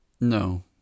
No